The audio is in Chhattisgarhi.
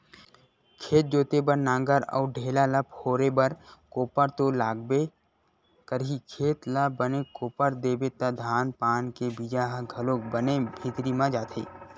खेत जोते बर नांगर अउ ढ़ेला ल फोरे बर कोपर तो लागबे करही, खेत ल बने कोपर देबे त धान पान के बीजा ह घलोक बने भीतरी म जाथे